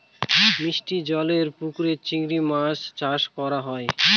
মিষ্টি জলেরর পুকুরে চিংড়ি মাছ চাষ করা হয়